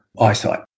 eyesight